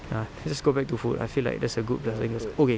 ya let's just go back to food I feel like that's a good consensus okay